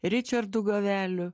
ričardu gaveliu